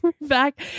back